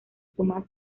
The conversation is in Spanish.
tomás